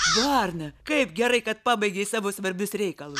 varna kaip gerai kad pabaigei savo svarbius reikalus